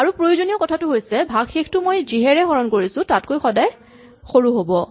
আৰু প্ৰয়োজনীয় কথাটো হৈছে ভাগশেষটো মই যিহেৰে হৰণ কৰিছো তাতকৈ সদায় সৰু হ'ব